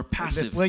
passive